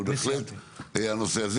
אבל בהחלט הנושא הזה.